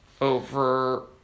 Over